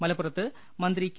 മലപ്പുറത്ത് മന്ത്രി കെ